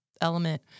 element